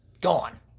Gone